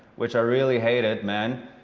which i really hated, man,